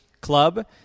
club